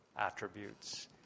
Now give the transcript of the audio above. attributes